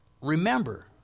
Remember